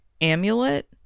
Amulet